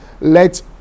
let